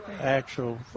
actual